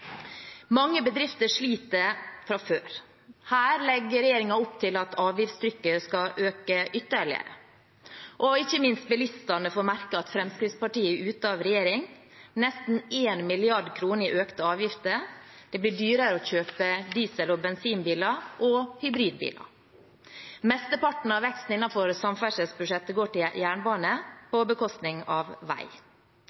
Mange bedrifter sliter fra før. Her legger regjeringen opp til at avgiftstrykket skal øke ytterligere. Ikke minst bilistene får merke at Fremskrittspartiet er ute av regjering. Det blir nesten 1 mrd. kr i økte avgifter. Det blir dyrere å kjøpe dieselbiler, bensinbiler og hybridbiler. Mesteparten av veksten innenfor samferdselsbudsjettet går til jernbane, på